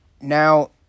Now